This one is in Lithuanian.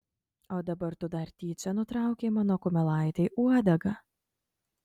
o dabar tu dar tyčia nutraukei mano kumelaitei uodegą